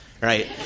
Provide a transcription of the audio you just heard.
right